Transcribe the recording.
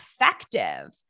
effective